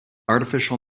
artificial